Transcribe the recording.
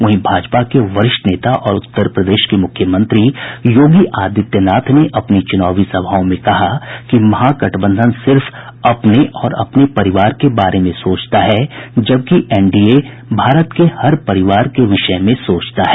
वहीं भाजपा के वरिष्ठ नेता और उत्तर प्रदेश के मुख्यमंत्री योगी आदित्यनाथ ने अपनी चुनावी सभाओं में कहा कि महागठबंधन सिर्फ अपने और अपने परिवार के बारे में सोचता है जबकि एनडीए भारत के हर परिवार के विषय में सोचता है